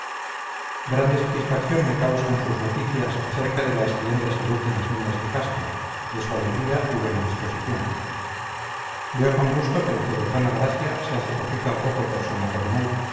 grande satisfacción me causan sus noticias acerca de la excelente salud de las niñas de castro de su alegría y buena disposición veo con gusto que la juguetona gracia se hace poquito a poco persona formal